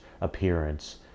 appearance